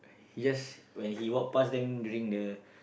he just when he walk past them during the